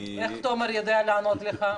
איך תומר יודע לענות לך?